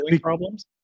Problems